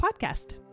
podcast